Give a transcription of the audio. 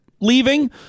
leaving